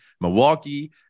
Milwaukee